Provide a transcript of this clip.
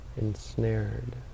ensnared